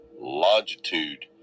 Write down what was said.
longitude